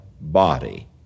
body